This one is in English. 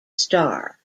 starr